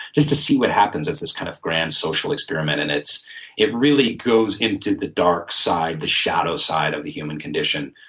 just to see what happens as this kind of grand social experiment. and it really goes into the dark side, the shadow side of the human condition